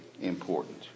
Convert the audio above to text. important